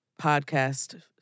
podcast